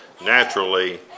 naturally